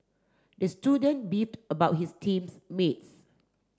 the student beefed about his teams mates